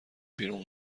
بیرون